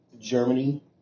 Germany